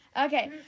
Okay